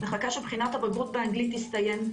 מחכה שבחינת הבגרות באנגלית תסתיים.